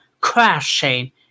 crashing